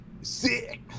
Sick